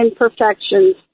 imperfections